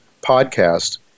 podcast